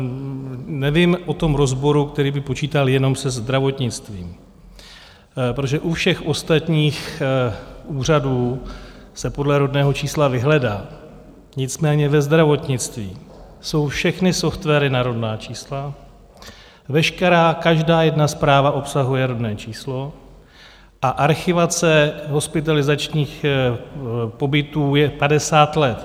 nevím o tom rozboru, který by počítal jenom se zdravotnictvím, protože u všech ostatních úřadů se podle rodného čísla vyhledá, nicméně ve zdravotnictví jsou všechny softwary na rodná čísla, veškerá, každá jedna zpráva obsahuje rodné číslo a archivace hospitalizačních pobytů je 50 let.